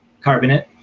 carbonate